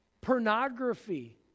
Pornography